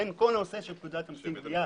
פקודת המיסים (גבייה)